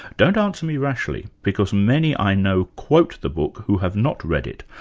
don't answer me rashly, because many, i know, quote the book who have not read it,